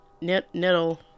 nettle